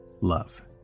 Love